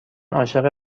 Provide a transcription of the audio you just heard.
عاشق